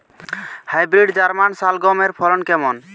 Hybrid German শালগম এর ফলন কেমন?